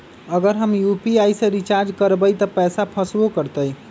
अगर हम यू.पी.आई से रिचार्ज करबै त पैसा फसबो करतई?